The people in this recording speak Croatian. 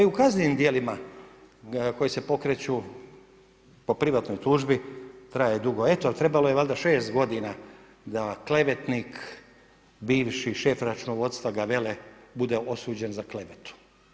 Pa i u kaznenim djelima koji se pokreću po privatnoj tužbi traje dugo, ali trebalo je valjda 6 godina da klevetnik, bivši šef računovodstva Gavelle bude osuđen za klevetu.